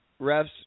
refs